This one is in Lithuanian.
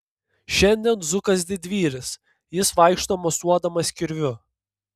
šiandien zukas didvyris jis vaikšto mosuodamas kirviu